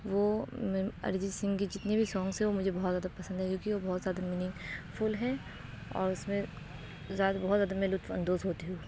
وہ میں اریجیت سنگھ کے جتنے بھی سانگس ہیں وہ مجھے بہت زیادہ پسند ہیں کیوںکہ وہ بہت زیادہ میننگ فل ہیں اور اس میں زیادہ بہت زیادہ میں لطف اندوز ہوتی ہو